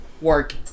work